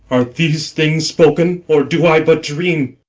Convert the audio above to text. are these things spoken, or do i but dream?